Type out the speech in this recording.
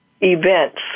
events